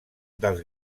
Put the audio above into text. dels